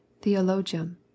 Theologium